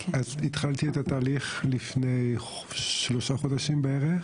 התחלתי את התהליך לפני שלושה חודשים בערך.